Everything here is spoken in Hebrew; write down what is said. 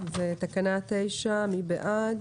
מי בעד